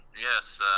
yes